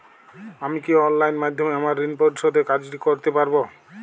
আমি কি অনলাইন মাধ্যমে আমার ঋণ পরিশোধের কাজটি করতে পারব?